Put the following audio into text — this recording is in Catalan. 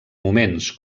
moments